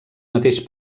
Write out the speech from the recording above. mateix